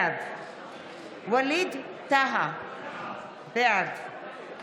בעד ווליד טאהא, בעד